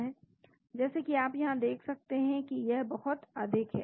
जैसा कि आप यहां देख सकते हैं कि यह बहुत अधिक है